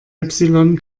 epsilon